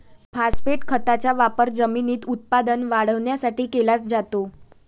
phosphate खताचा वापर जमिनीत उत्पादन वाढवण्यासाठी केला जातो